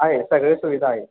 आहे सगळे सुविधा आहे